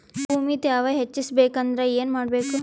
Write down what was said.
ಭೂಮಿ ತ್ಯಾವ ಹೆಚ್ಚೆಸಬೇಕಂದ್ರ ಏನು ಮಾಡ್ಬೇಕು?